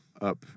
up